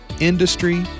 industry